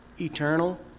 eternal